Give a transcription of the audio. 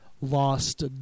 lost